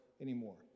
anymore